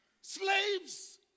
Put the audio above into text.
Slaves